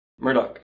Murdoch